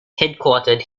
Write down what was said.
headquartered